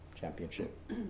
championship